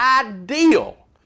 ideal